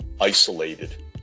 isolated